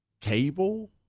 cable